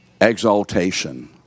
exaltation